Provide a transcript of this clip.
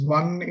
one